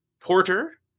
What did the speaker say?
porter